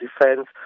defense